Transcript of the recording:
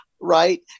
right